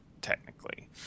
technically